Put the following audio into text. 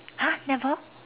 !huh! never